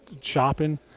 shopping